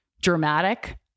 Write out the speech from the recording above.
Dramatic